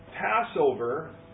Passover